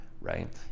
right